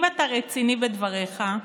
אם אתה רציני בדבריך,